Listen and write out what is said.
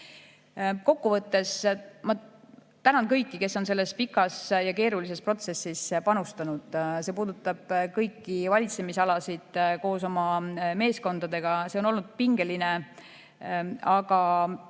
Kokku võttes ma tänan kõiki, kes on selles pikas ja keerulises protsessis panustanud. See puudutab kõiki valitsemisalasid koos oma meeskondadega, see on olnud pingeline. Aga